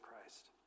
Christ